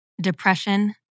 depression